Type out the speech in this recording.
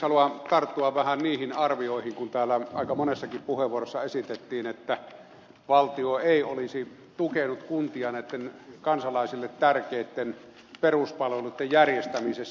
haluan tarttua vähän niihin arvioihin kun täällä aika monessakin puheenvuorossa esitettiin että valtio ei olisi tukenut kuntia kansalaisille tärkeitten peruspalveluitten järjestämisessä